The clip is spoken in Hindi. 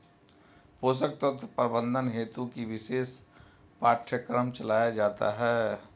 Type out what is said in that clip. पोषक तत्व प्रबंधन हेतु ही विशेष पाठ्यक्रम चलाया जाता है